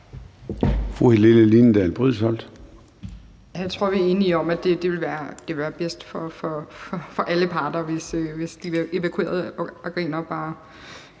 Jeg tror, vi er enige om, at det ville være bedst for alle parter, hvis de evakuerede afghanere bare